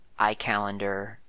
iCalendar